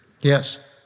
Yes